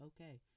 Okay